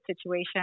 situation